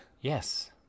Yes